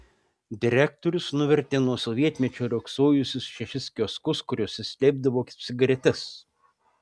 direktorius nuvertė nuo sovietmečio riogsojusius šešis kioskus kuriuose slėpdavo cigaretes